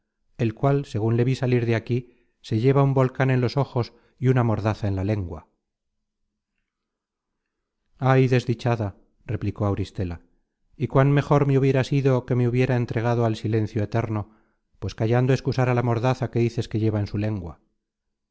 el cual segun le vi salir de aquí se lleva un volcan en los ojos y una mordaza en la lengua content from google book search generated at ay desdichada replicó auristela y cuán mejor me hubiera sido que me hubiera entregado al silencio eterno pues callando excusara la mordaza que dices que lleva en su lengua